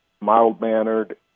mild-mannered